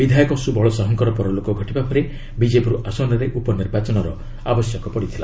ବିଧାୟକ ସ୍ୱବଳ ସାହୁଙ୍କ ପରଲୋକ ଘଟିବା ପରେ ବିଜେପୁର ଆସନରେ ଉପନିର୍ବାଚନର ଆବଶ୍ୟକତା ପଡ଼ିଥିଲା